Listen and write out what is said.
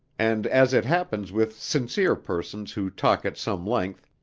and as it happens with sincere persons who talk at some length,